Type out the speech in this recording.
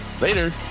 Later